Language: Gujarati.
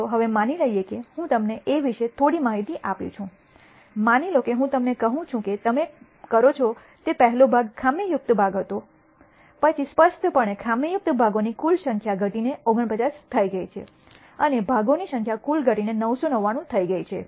ચાલો હવે માની લઈએ કે હું તમને A વિશે થોડી માહિતી આપું છું માની લો કે હું તમને કહું છું કે તમે કરો છો તે પહેલો ભાગ ખામીયુક્ત ભાગ હતો પછી સ્પષ્ટપણે ખામીયુક્ત ભાગોની કુલ સંખ્યા ઘટીને 49 થઈ ગઈ છે અને ભાગોની કુલ સંખ્યા ઘટીને 999 થઈ ગઈ છે